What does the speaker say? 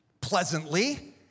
pleasantly